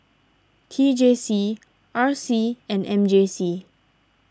T J C R C and M J C